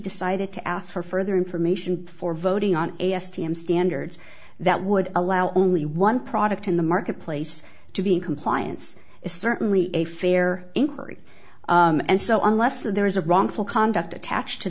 decided to ask for further information before voting on a s t m standards that would allow only one product in the marketplace to be in compliance is certainly a fair inquiry and so unless there is a wrongful conduct attached to